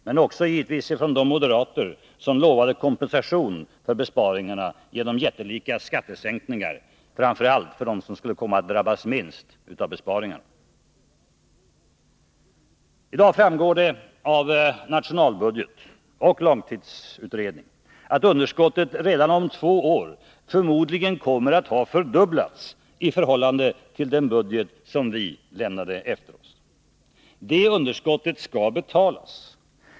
Motståndet var givetvis också hårt från de moderater som lovade kompensation för besparingarna genom jättelika skattesänkningar — framför allt för dem som skulle komma att drabbas minst av besparingarna. I dag framgår det av nationalbudget och långtidsutredning att underskottet redan om två år förmodligen kommer att ha fördubblats i förhållande till den budget som vi lämnade efter oss. Det underskottet skall betalas.